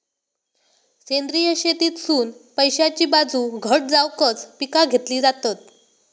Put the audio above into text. सेंद्रिय शेतीतसुन पैशाची बाजू घट जावकच पिका घेतली जातत